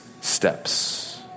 steps